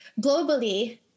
globally